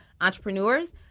entrepreneurs